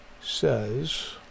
says